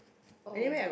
oh